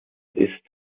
ist